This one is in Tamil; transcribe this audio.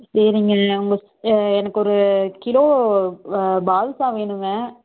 சரிங்க உங்கள் எனக்கு ஒரு கிலோ பாதுஷா வேணுங்க